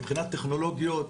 מבחינת טכנולוגיות,